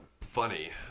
funny